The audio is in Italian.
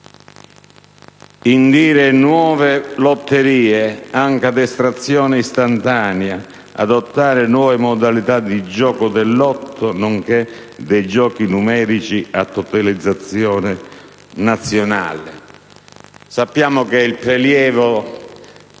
indicendo nuove lotterie, anche ad estrazione istantanea, adottando nuove modalità di gioco del lotto, nonché giochi numerici a totalizzazione nazionale. Sappiamo che il prelievo